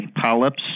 polyps